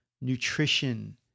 nutrition